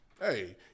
Hey